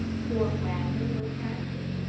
fort wagner was captured.